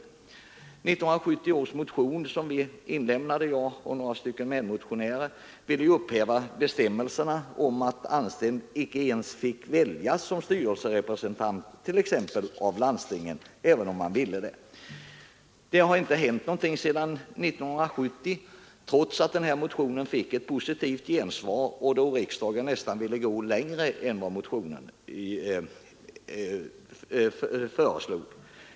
År 1970 väckte jag och några medmotionärer en motion med förslag om upphävande av bestämmelserna att anställd icke ens fick väljas som styrelserepresentant t.ex. i landstingens institutioner även om han ville ta sådant uppdrag. Det har inte hänt någonting sedan 1970, trots att motionen fick ett positivt gensvar och riksdagen nästan ville gå längre än vad vi föreslog.